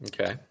Okay